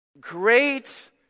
Great